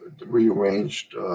rearranged